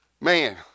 man